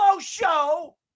show